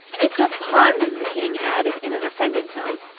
it's a pun the king added in an offended tone,